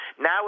now